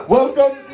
Welcome